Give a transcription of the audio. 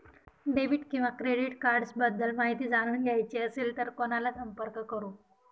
Debit किंवा credit cards बद्दल माहिती जाणून घ्यायची असेल तर कोणाला संपर्क करु?